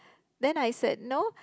then I said no